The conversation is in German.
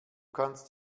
kannst